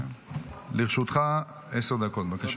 לרשותך עשר דקות, בבקשה.